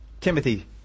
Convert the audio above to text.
Timothy